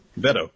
Beto